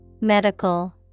Medical